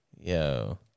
Yo